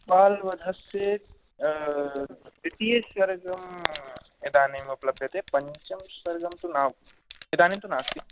पालवधस्य द्वितीयसर्गम् इदानीम् उपलभ्यते पञ्चम् सर्गं तु ना इदानीं तु नास्ति